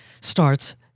starts